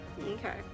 Okay